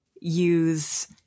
use